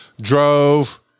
drove